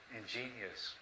ingenious